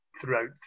throughout